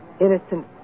innocent